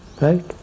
right